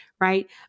right